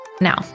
Now